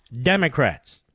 Democrats